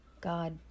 God